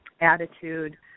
attitude